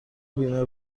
بیمه